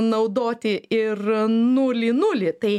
naudoti ir nulį nulį tai